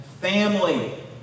family